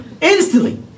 instantly